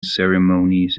ceremonies